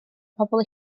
pobl